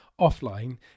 offline